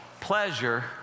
pleasure